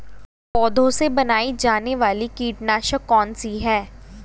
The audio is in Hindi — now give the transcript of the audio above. पौधों से बनाई जाने वाली कीटनाशक कौन सी है?